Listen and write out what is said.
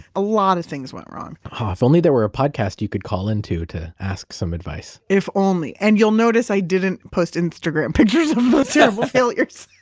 a lot of things went wrong if only there were a podcast you could call into to ask some advice if only. and you'll notice i didn't post instagram pictures of those terrible failures,